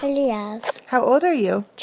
yeah how old are you?